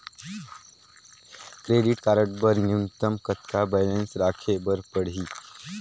Credit card बर न्यूनतम कतका बैलेंस राखे बर पड़ही?